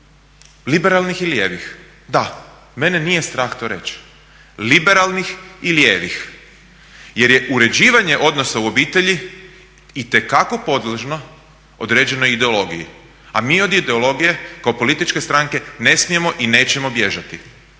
liberalnih i lijevih. Da, mene nije strah to reći. Liberalnih i lijevi, jer je uređivanje odnosa u obitelji itekako podložno određenoj ideologiji, a mi od ideologije kao političke stranke ne smijemo i nećemo bježati.